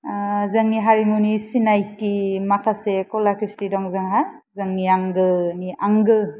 सेथियाव दोनो आरो बेनि उनाव दङ जोङो आयजोफोर गानग्रा दखना लोगोसे जोमग्रा रेगे रेगां आरो बेनिफ्राय